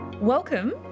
Welcome